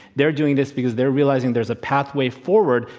they're doing this because they're realizing there's a pathway forward,